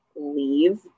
leave